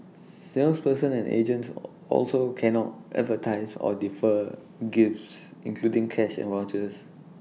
salespersons and agents also cannot advertise or differ gifts including cash and vouchers